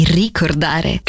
ricordare